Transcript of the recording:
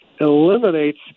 eliminates